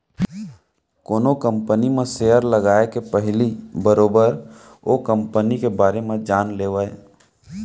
कोनो कंपनी म सेयर लगाए के पहिली बरोबर ओ कंपनी के बारे म जान लेवय